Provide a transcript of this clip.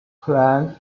planned